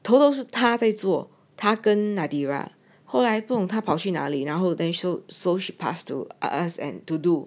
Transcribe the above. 头都是他在做他跟 nadira 后来不懂他跑去哪里然后等于 so she passed to us and to do